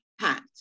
impact